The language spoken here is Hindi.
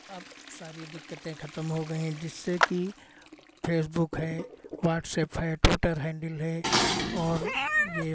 अब सारी दिक्कतें खतम हो गई हैं जिससे कि फ़ेसबुक है वाट्सएप है ट्विटर हैन्डिल है और ये